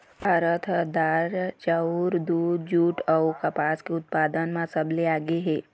भारत ह दार, चाउर, दूद, जूट अऊ कपास के उत्पादन म सबले आगे हे